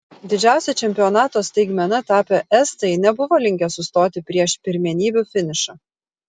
didžiausia čempionato staigmena tapę estai nebuvo linkę sustoti prieš pirmenybių finišą